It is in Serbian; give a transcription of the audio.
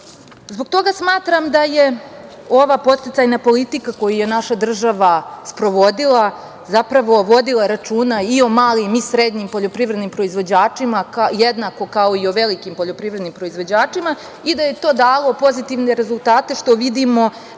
Zbog toga smatram da je ova podsticajna politika koju je naša država sprovodila, zapravo vodila računa i o malim i o srednjim poljoprivrednim proizvođačima jednako kao i o velikim poljoprivrednim proizvođačima i da je to dalo pozitivne rezultate, što vidimo